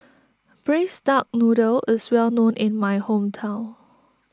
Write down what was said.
Braised Duck Noodle is well known in my hometown